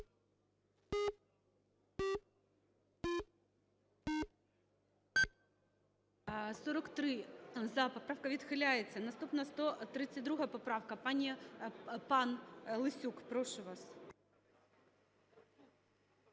За-43 Поправка відхиляється. Наступна – 132 поправка. Пан Лесюк, прошу вас.